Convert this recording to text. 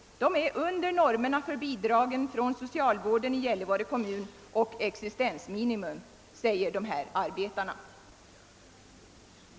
De är under normerna för bidragen från socialvården i Gällivare kommun och existensminimum>, säger dessa arbetare.